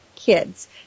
kids